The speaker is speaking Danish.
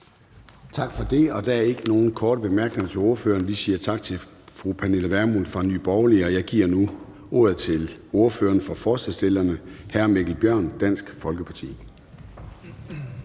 Tak for det. Der er ikke nogen korte bemærkninger til ordføreren. Vi siger tak til fru Pernille Vermund fra Nye Borgerlige, og jeg giver nu ordet til ordføreren for forslagsstillerne, hr. Mikkel Bjørn, Dansk Folkeparti.